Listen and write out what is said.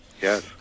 yes